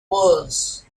worlds